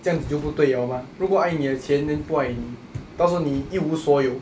这样子就不对 liao mah 如果爱你的钱 then 不爱你到时候你一无所有